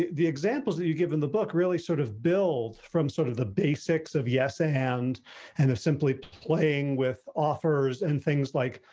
the examples that you give in the book really sort of build from sort of the basics of yes, a hand and simply playing with offers and things like,